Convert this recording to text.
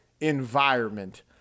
environment